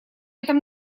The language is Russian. этом